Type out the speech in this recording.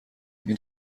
این